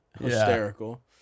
hysterical